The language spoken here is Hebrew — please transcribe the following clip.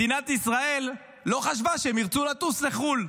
מדינת ישראל לא חשבה שהם ירצו לטוס לחו"ל,